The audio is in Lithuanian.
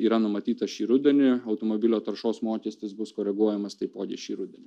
yra numatyta šį rudenį automobilio taršos mokestis bus koreguojamas taipogi šį rudenį